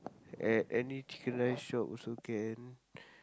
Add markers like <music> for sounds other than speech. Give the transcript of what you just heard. at any chicken-rice shop also can <breath>